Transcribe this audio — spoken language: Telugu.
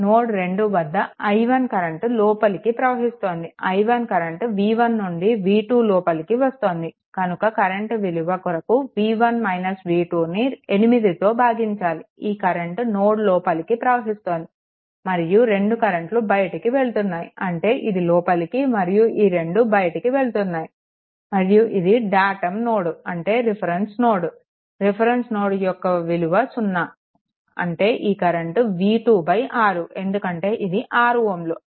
నోడ్2 వద్ద i1 కరెంట్ లోపలికి ప్రవహిస్తోంది i1 కరెంట్ v1 నుండి v2 లోపలికి వస్తుంది కనుక కరెంట్ విలువ కొరకు v1 - v2 ను 8తో భాగించాలి ఈ కరెంట్ నోడ్ లోపలికి ప్రవహిస్తోంది మరియు రెండు కరెంట్లు బయటికి వెళ్తున్నాయి అంటే ఇది లోపలికి మరియు ఈ రెండు బయటికి వెళ్తున్నాయి మరియు ఇది డాటమ్ నోడ్ అంటే రిఫరెన్స్ నోడ్ రిఫరెన్స్ నోడ్ యొక్క విలువ సున్నాఅంటే ఈ కరెంట్ v26 ఎందుకంటే ఇది 6 Ω